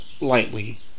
lightly